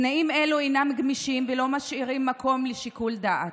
תנאים אלו אינם גמישים ולא משאירים מקום לשיקול דעת.